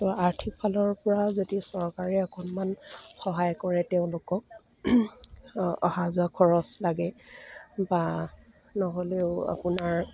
ত' আৰ্থিক ফালৰ পৰা যদি চৰকাৰে অকণমান সহায় কৰে তেওঁলোকক অহা যোৱা খৰচ লাগে বা নহ'লেও আপোনাৰ